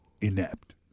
inept